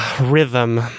rhythm